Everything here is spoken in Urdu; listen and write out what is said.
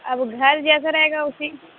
اب گھر جیسا رہے گا اسی